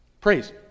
Praise